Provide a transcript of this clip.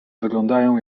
wyglądają